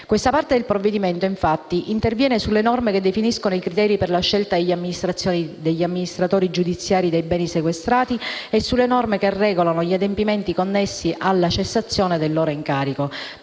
Questa parte del provvedimento, infatti, interviene sulle norme che definiscono i criteri per la scelta degli amministratori giudiziari dei beni sequestrati e sulle norme che regolano gli adempimenti connessi alla cessazione del loro incarico,